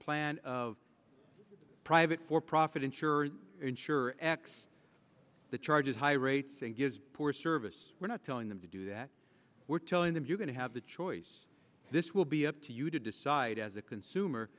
plan of private for profit insurance insurer x the charge is high rates and gives poor service we're not telling them to do that we're telling them you're going to have the choice this will be up to you to decide as a consumer